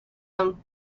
him